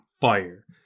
fire